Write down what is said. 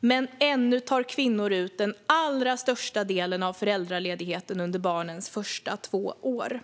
men ännu tar kvinnor ut den allra största delen av föräldraledigheten under barnens första två år.